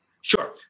Sure